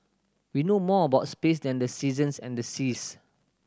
we know more about space than the seasons and the seas